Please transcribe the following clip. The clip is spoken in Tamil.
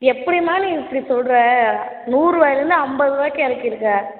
எப்படிம்மா நீ இப்படி சொல்றே நூறு ரூபாயிலேந்து ஐம்பது ரூபாய்க்கு இறக்கிருக்கே